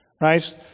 right